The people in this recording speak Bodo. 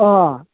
अ